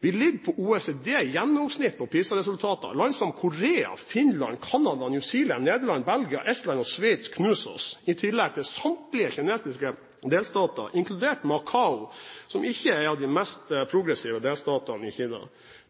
Vi ligger på OECD-gjennomsnittet på PISA-resultater. Land som Sør-Korea, Finland, Canada, New Zealand, Nederland, Belgia, Estland og Sveits knuser oss – i tillegg til samtlige kinesiske delstater, inkludert Macao, som ikke er av de mest progressive delstatene i Kina.